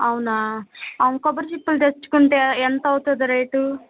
అవునా కొబ్బరి చిప్పలు తెచ్చుకుంటే ఎంత అవుతుంది రేటు